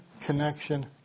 connection